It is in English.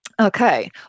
Okay